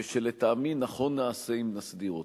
ושלטעמי נכון נעשה אם נסדיר אותם,